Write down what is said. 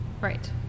Right